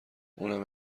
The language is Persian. اونم